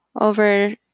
Over